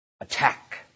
Attack